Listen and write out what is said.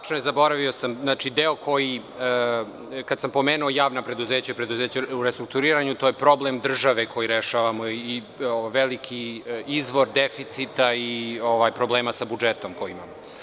Tačno je, zaboravio sam deo koji kada sam pomenuo javna preduzeća i preduzeća u restrukturiranju, to je problem države koji rešavamo i veliki izvor deficita i problema sa budžetom koji imamo.